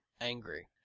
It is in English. angry